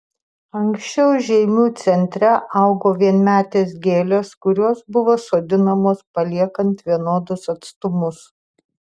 anksčiau žeimių centre augo vienmetės gėlės kurios buvo sodinamos paliekant vienodus atstumus